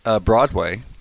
Broadway